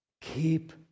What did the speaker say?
Keep